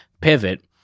pivot